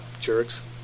jerks